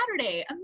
Saturday